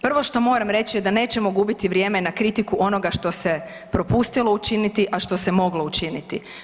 Prvo što moram reći je da nećemo gubiti vrijeme na kritiku onoga što se propustilo učiniti a što se moglo učiniti.